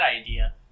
idea